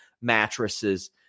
mattresses